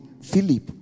Philip